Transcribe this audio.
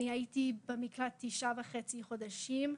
אני הייתי במקלט במשך תשעה וחצי חודשים.